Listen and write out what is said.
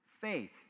Faith